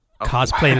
cosplay